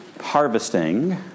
harvesting